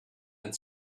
and